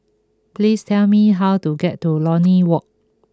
please tell me how to get to Lornie Walk